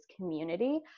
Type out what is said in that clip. community